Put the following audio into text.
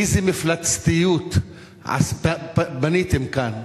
איזו מפלצתיות בניתם כאן?